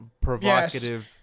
provocative